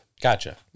Gotcha